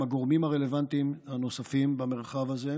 הגורמים הרלוונטיים הנוספים במרחב הזה.